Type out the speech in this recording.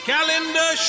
Calendar